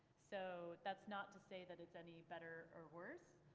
so that's not to say that it's any better or worse.